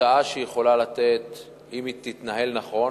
והתוצאה שהיא יכולה לתת אם היא תתנהל נכון,